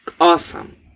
awesome